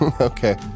Okay